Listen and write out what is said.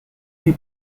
die